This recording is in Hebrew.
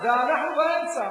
זה אנחנו באמצע.